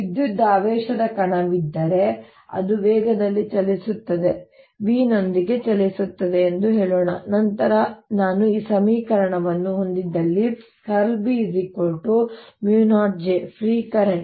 ವಿದ್ಯುದಾವೇಶದ ಕಣವಿದ್ದರೆ ಅದು ವೇಗದಲ್ಲಿ ಚಲಿಸುತ್ತದೆ ವಿನೊಂದಿಗೆ ಚಲಿಸುತ್ತದೆ ಎಂದು ಹೇಳೋಣ ನಂತರ ನಾನು ಈ ಸಮೀಕರಣವನ್ನು ಹೊಂದಿದ್ದಲ್ಲಿ ▽× B μ0 J ಫ್ರೀ ಕರೆಂಟ್